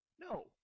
no